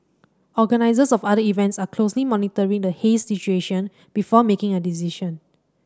organisers of other events are closely monitoring the haze situation before making a decision